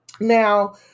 Now